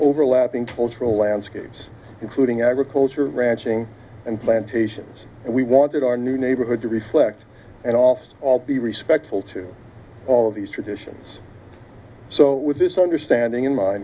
overlapping cultural landscapes including agriculture ranching and plantations and we wanted our new neighborhood to be flecked and office all be respectful to all of these traditions so with this understanding in min